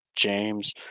James